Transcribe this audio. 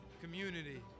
Community